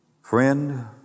Friend